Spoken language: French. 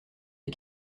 des